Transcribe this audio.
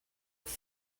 have